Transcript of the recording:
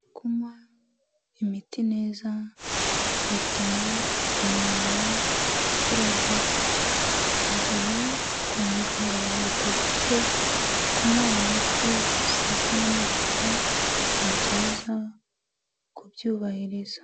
Kunywa imiti neza bituma umuntu akira vuba igihe kwa muganga bagutegetse kunywa imiti saasita na nijoro ni byiza kubyubahiriza.